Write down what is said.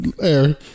air